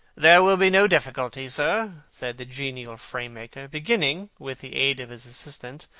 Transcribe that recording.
there will be no difficulty, sir, said the genial frame-maker, beginning, with the aid of his assistant,